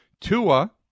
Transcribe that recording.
Tua